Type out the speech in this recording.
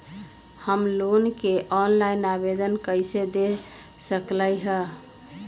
हम लोन के ऑनलाइन आवेदन कईसे दे सकलई ह?